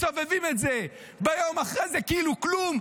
-- מסובבים את זה ביום אחרי זה כאילו כלום.